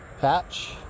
patch